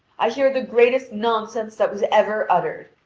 i hear the greatest nonsense that was ever uttered.